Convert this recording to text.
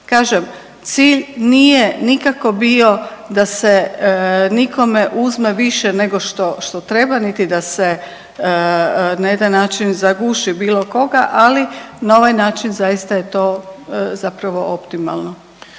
Kažem, cilj nije nikako bio da se nikome uzme više nego što, što treba, niti da se na jedan način zaguši bilo koga, ali na ovaj način zaista je to zapravo optimalno.